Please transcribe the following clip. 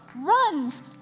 runs